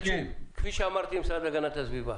תקשיב, כפי שאמרתי למשרד להגנת הסביבה: